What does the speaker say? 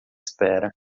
espera